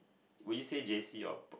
will you say J_C or